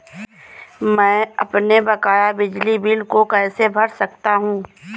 मैं अपने बकाया बिजली बिल को कैसे भर सकता हूँ?